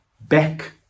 back